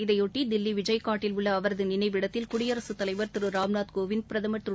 இதையொட்டிதில்லிவிஜய்காட்டில் உள்ளஅவரதுநினைவிடத்தில் குடியரசுத் தலைவர் திரு ராம்நாத் னோவிந்த் பிரதமர் திரு